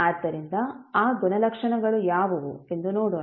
ಆದ್ದರಿಂದ ಆ ಗುಣಲಕ್ಷಣಗಳು ಯಾವುವು ಎಂದು ನೋಡೋಣ